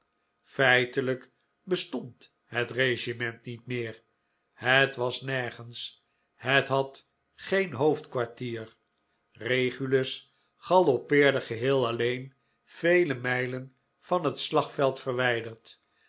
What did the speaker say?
feitehjk bestond het regiment niet meer het was nergens het had geen hoofdkwartier regulus galoppeerde geheel alleen vele mijlen van het slagveld verwijderd